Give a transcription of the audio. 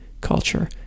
culture